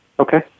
Okay